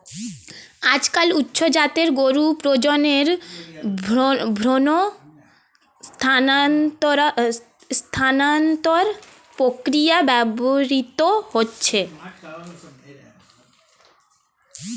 আজকাল উচ্চ জাতের গরুর প্রজননে ভ্রূণ স্থানান্তর প্রক্রিয়া ব্যবহৃত হচ্ছে